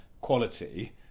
quality